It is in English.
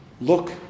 look